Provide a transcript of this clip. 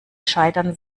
scheitern